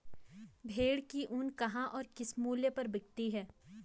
भेड़ की ऊन कहाँ और किस मूल्य पर बिकती है?